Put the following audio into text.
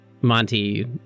Monty